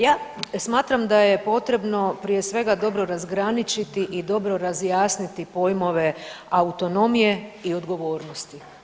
Ja smatram da je potrebno prije svega dobro razgraničiti i dobro razjasniti pojmove autonomije i odgovornosti.